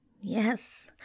Yes